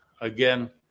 again